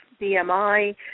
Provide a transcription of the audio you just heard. BMI